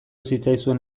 zitzaizuen